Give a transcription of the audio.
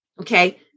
okay